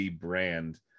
brand